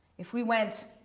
if we went